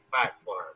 platform